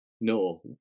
No